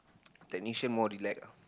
technician more relax